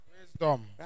Wisdom